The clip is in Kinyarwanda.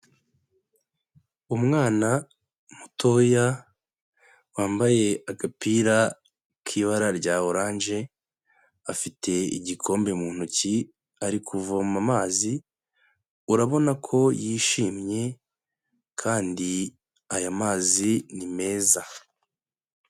Umwana mutoya wambaye agapira k'ibara rya oranje, afite igikombe mu ntoki ari kuvoma amazi, urabona ko yishimye kandi aya mazi ni meza.